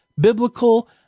biblical